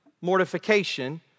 mortification